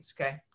Okay